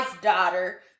daughter